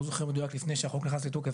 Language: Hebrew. אני לא זוכר במדויק לפני שהוק נכנס לתוקף.